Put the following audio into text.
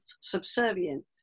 subservient